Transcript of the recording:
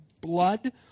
blood